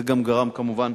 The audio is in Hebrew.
זה גם גרם, כמובן,